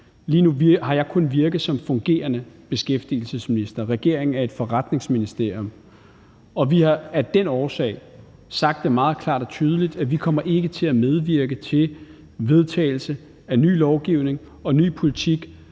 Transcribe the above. Lige nu har jeg kun virke som fungerende beskæftigelsesminister. Regeringen er et forretningsministerium, og vi har af den årsag sagt meget klart og tydeligt, at vi ikke kommer til at medvirke til vedtagelse af ny lovgivning og ny politik,